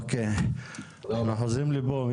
אוקיי, אנחנו חוזרים לפה.